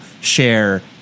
share